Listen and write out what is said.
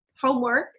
homework